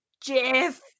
jeff